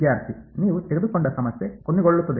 ವಿದ್ಯಾರ್ಥಿ ನೀವು ತೆಗೆದುಕೊಂಡ ಸಮಸ್ಯೆ ಕೊನೆಗೊಳ್ಳುತ್ತದೆ